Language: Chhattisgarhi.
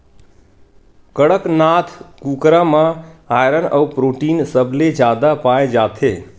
कड़कनाथ कुकरा म आयरन अउ प्रोटीन सबले जादा पाए जाथे